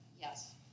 yes